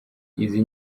izi